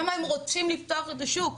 כמה הם רוצים לפתוח את השוק,